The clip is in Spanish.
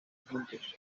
juntos